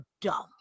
dumb